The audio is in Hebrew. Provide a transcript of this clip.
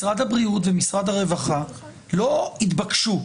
משרד הבריאות ומשרד הרווחה לא התבקשו,